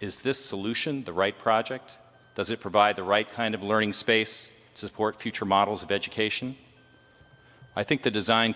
is this solution the right project does it provide the right kind of learning space support future models of education i think the design